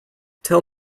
tell